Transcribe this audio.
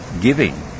giving